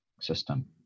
system